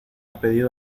pedido